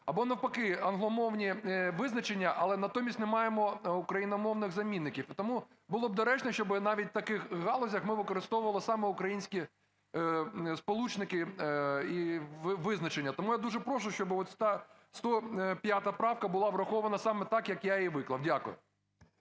або навпаки англомовні визначення, але натомість не маємо україномовних замінників. Тому було б доречно, щоб навіть в таких галузях ми використовували саме українські сполучники і визначення. Тому я дуже прошу, щоб 105 правка була врахована саме так, як я її виклав. Дякую.